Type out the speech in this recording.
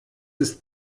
ist